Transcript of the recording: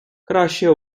краще